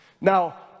Now